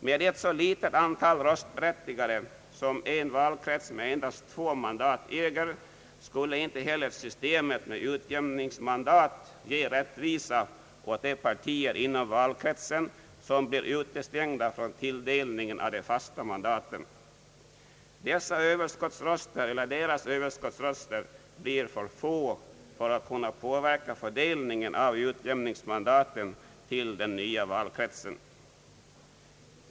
Med ett så litet antal röstberättigade, som en valkrets med endast två mandat äger, skulle inte heller systemet med utjämningsmandat ge rättvisa åt de partier inom valkretsen som blir utestängda från tilldelningen av de fasta mandaten. Deras överskottsröster blir för få för att kunna påverka fördelningen av utjämningsmandaten till den nya valkretsen.